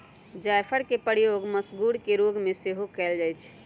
जाफरके प्रयोग मसगुर के रोग में सेहो कयल जाइ छइ